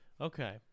Okay